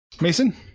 Mason